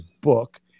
book